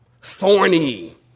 thorny